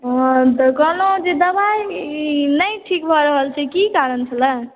कहलहुॅं जे दवाइ नहि ठीक भय रहल छै की कारण भेलनि